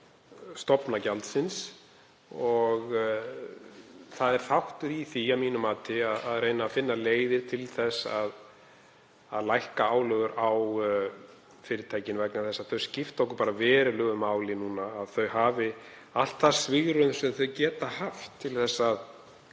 stofna gjaldsins. Það er þáttur í því að mínu mati að reyna að finna leiðir til þess að lækka álögur á fyrirtækin vegna þess að þau skipta okkur verulegu máli núna, að þau hafi allt það svigrúm sem þau geta haft til að